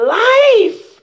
life